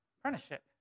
Apprenticeship